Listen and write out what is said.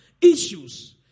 issues